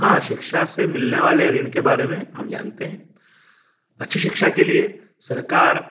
हाँ शिक्षा से मिलने वाले ऋण के बारे में हम जानते हैं अच्छी शिक्षा के लिए सरकार